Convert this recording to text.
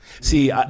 See